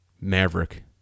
Maverick